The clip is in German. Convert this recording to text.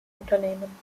unternehmen